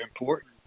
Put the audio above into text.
important